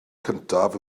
cyntaf